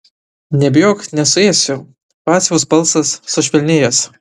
nebijok nesuėsiu vaciaus balsas sušvelnėjęs